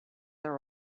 there